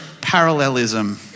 parallelism